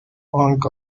punk